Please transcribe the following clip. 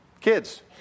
kids